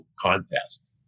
contest